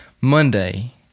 Monday